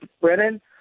Brennan